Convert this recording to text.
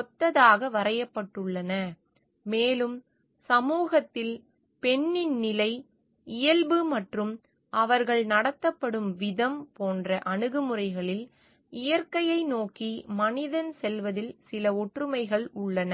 ஒத்ததாக வரையப்பட்டுள்ளன மேலும் சமூகத்தில் பெண்ணின் நிலை இயல்பு மற்றும் அவர்கள் நடத்தப்படும் விதம் போன்ற அணுகுமுறைகளில் இயற்கையை நோக்கி மனிதன் செல்வதில் சில ஒற்றுமைகள் உள்ளன